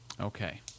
Okay